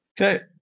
Okay